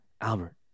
Albert